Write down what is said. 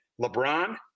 LeBron